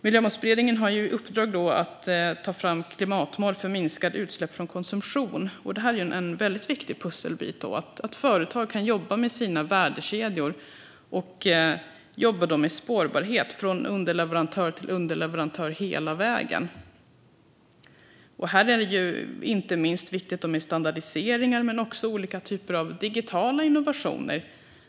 Miljömålsberedningen har i uppdrag att ta fram klimatmål för minskade utsläpp från konsumtion. Det är en väldigt viktig pusselbit. Företag kan jobba med sina värdekedjor och med spårbarhet från underleverantör till underleverantör hela vägen. Här är det inte minst viktigt med standardiseringar men också olika typer av digitala innovationer.